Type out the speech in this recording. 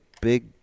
Big